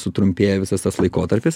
sutrumpėja visas tas laikotarpis